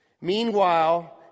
Meanwhile